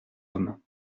homme